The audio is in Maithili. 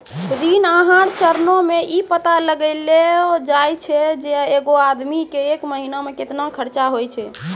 ऋण आहार चरणो मे इ पता लगैलो जाय छै जे एगो आदमी के एक महिना मे केतना खर्चा होय छै